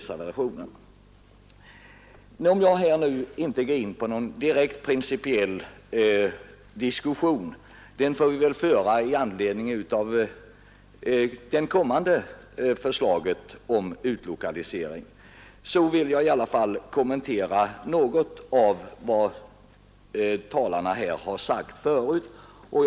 Även om jag här inte ämnar gå in på någon direkt principiell diskussion — den får vi väl föra när det kommande förslaget om utlokalisering tas upp till behandling — vill jag i alla fall något kommentera de olika talarna.